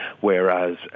whereas